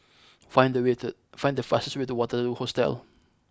find the way to find the fastest way to Waterloo Hostel